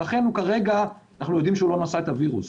ולכן אנחנו יודעים שכרגע הוא לא נושא את הווירוס.